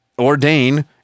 ordain